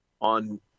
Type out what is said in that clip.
On